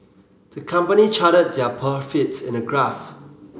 the company charted their profits in a graph